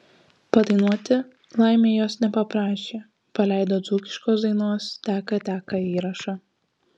padainuoti laimei jos nepaprašė paleido dzūkiškos dainos teka teka įrašą